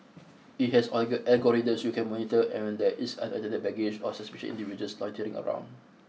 it has oil algorithms which can monitor when there is unattended baggage or suspicious individuals loitering around